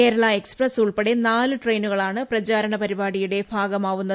Kerala express ഉൾപ്പെടെ നാല് ട്രെയിനുകളാണ് പ്രചാരണ പരിപാടിയുടെ ഭാഗമാവുന്നത്